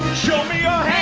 show me